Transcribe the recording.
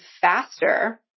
faster